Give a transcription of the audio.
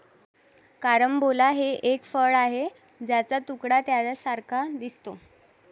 carambola हे एक फळ आहे ज्याचा तुकडा ताऱ्यांसारखा दिसतो